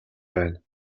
байна